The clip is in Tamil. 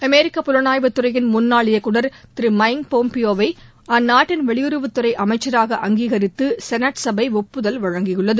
அமெரிக்க புலனாய்வுத்துறையின் முன்னாள் இயக்குநர் திரு மைக் பொம்பியோவை அந்நாட்டின் வெளியுறவத்துறை அமைச்சராக அங்கீகரித்து செனட் சபை ஒப்புதல் வழங்கியுள்ளது